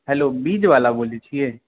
hello बीजवला बोलैत छियै